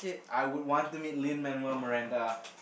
I would want to meet Lin-Manuel-Marinda